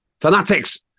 fanatics